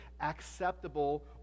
acceptable